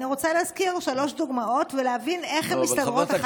אני רוצה להזכיר שלוש דוגמאות ולהבין איך הן מסתדרות אחת עם השנייה.